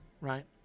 right